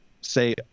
say